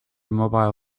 mobile